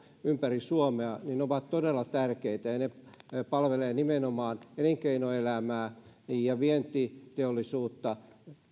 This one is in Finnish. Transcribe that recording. ympäri suomea ja ne ovat todella tärkeitä ja ne palvelevat nimenomaan elinkeinoelämää ja vientiteollisuutta